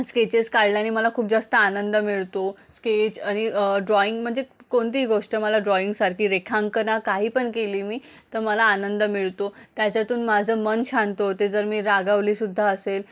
sketches काढल्याने मला खूप जास्त आनंद मिळतो स्केच आणि ड्रॉईंग म्हणजे कोणतीही गोष्ट मला ड्रॉईंगसारखी रेखांकन काहीपण केली मी तर मला आनंद मिळतो त्याच्यातून माझं मन शांत होते जर मी रागावलीसुद्धा असेल